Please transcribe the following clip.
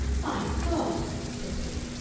my god! said teddy,